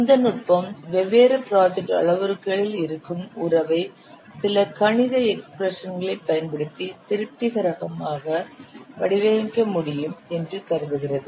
இந்த நுட்பம் வெவ்வேறு ப்ராஜெக்ட் அளவுருக்களில் இருக்கும் உறவை சில கணித எக்ஸ்பிரஷன்களை பயன்படுத்தி திருப்திகரமாக வடிவமைக்க முடியும் என்று கருதுகிறது